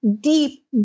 deep